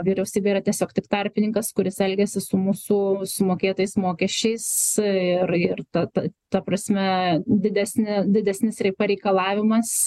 vyriausybė yra tiesiog tik tarpininkas kuris elgiasi su mūsų sumokėtais mokesčiais ir ir ta ta ta prasme didesni didesnis ir pareikalavimas